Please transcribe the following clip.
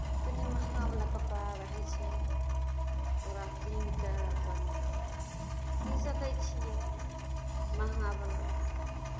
तनि महंगावला कपड़ा रहै छै तऽ ओकरा कीनि कऽ अपन सी सकै छियै महंगावला